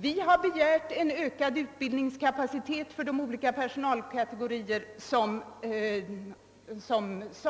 Vi har sålunda begärt en ökning av utbildningskapaciteten för de personalkategorier som det nu råder brist